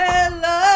Hello